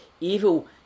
Evil